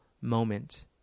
moment